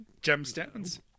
gemstones